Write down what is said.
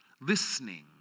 listening